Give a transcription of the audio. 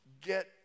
Get